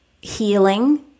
healing